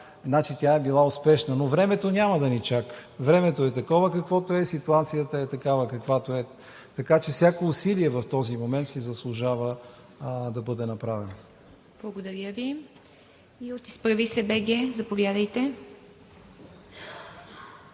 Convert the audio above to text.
тя е била успешна, но времето няма да ни чака. Времето е такова, каквото е, ситуацията е такава, каквато е. Така че всяко усилие в този момент си заслужава да бъде направено. ПРЕДСЕДАТЕЛ ИВА МИТЕВА: Благодаря Ви. И от „Изправи се БГ!“ – заповядайте.